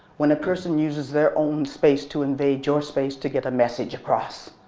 when a person uses their own space to invade your space to get a message across.